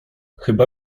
chyba